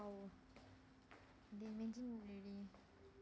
!wow! they imagine really